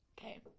Okay